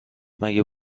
مگه